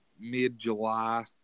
mid-July